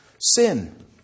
sin